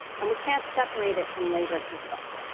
and we can't separate it from labor control.